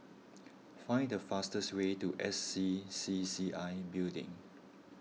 find the fastest way to S C C C I Building